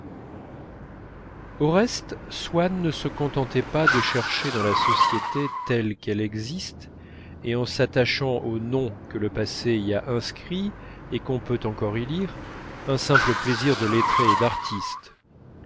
au reste swann ne se contentait pas de chercher dans la société telle qu'elle existe et en s'attachant aux noms que le passé y a inscrits et qu'on peut encore y lire un simple plaisir de lettré et d'artiste